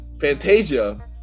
Fantasia